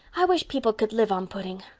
i wish people could live on pudding.